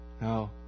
No